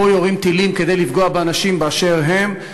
פה יורים טילים כדי לפגוע באנשים באשר הם,